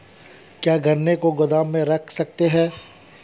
क्या गन्ने को गोदाम में रख सकते हैं?